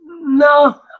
No